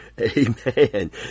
Amen